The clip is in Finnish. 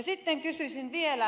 sitten kysyisin vielä